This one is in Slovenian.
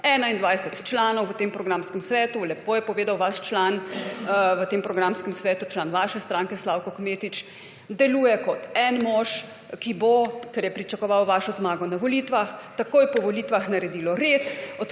21 članov v tem programskem svetu, lepo je povedal vaš član v tem programskem svetu, član vaše stranke Slavko Kmetič, deluje kot en mož, ki bo, ker je pričakoval vašo zmago na volitvah, takoj po volitvah naredilo red,